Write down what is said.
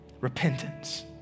Repentance